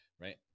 right